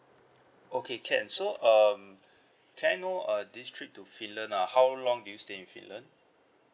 okay can so um can I know uh this trip to finland uh how long do you stay in finland